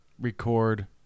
record